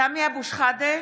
(קוראת בשמות חברי הכנסת) סמי אבו שחאדה,